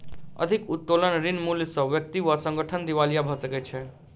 अधिक उत्तोलन ऋण मूल्य सॅ व्यक्ति वा संगठन दिवालिया भ सकै छै